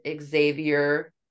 Xavier